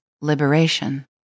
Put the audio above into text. liberation